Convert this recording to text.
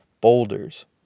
boulders